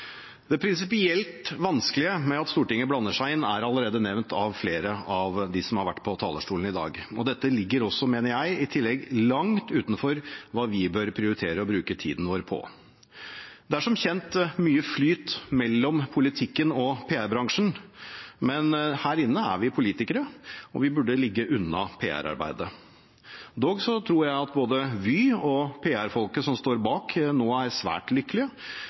Det prinsipielt vanskelige med at Stortinget blander seg inn, er allerede nevnt av flere av dem som har vært på talerstolen i dag. Dette ligger i tillegg – mener jeg – langt utenfor hva vi bør prioritere å bruke tiden vår på. Det er som kjent mye flyt mellom politikken og PR-bransjen, men her inne er vi politikere, og vi burde ligge unna PR-arbeidet. Dog tror jeg at både Vy og PR-folket som står bak, nå er svært lykkelige.